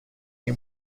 این